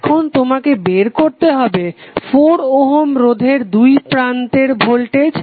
এখন তোমাকে বের করতে হবে 4 ওহম রোধের দুইপ্রান্তের ভোল্টেজ